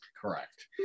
Correct